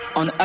on